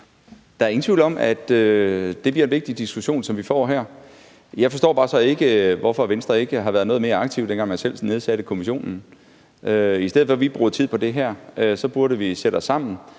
Der er ingen tvivl om, at det bliver en vigtig diskussion, vi får her. Jeg forstår så bare ikke, hvorfor Venstre ikke var noget mere aktive, dengang man selv nedsatte kommissionen. I stedet for at vi bruger tid på det her, burde vi jo sætte os sammen